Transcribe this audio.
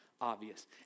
obvious